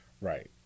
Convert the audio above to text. Right